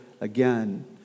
again